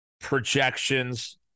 projections